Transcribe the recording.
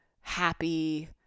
happy